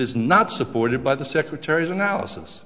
is not supported by the secretary's analysis